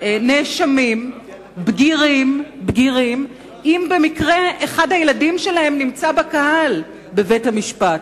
נאשמים בגירים אם במקרה אחד הילדים שלהם נמצא בקהל בבית-המשפט.